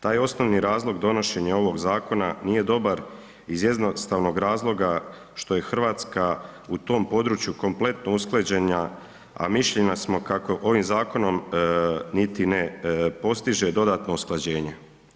Taj osnovni razlog donošenja ovoga zakona nije dobar iz jednostavnog razloga što je Hrvatska u tom području kompletno usklađena a mišljenja smo kako ovim zakonom niti ne postiže dodatno usklađenje.